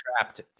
trapped